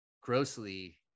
grossly